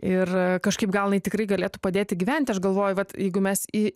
ir kažkaip gal jinai tikrai galėtų padėti gyventi aš galvoju va kad jeigu mes į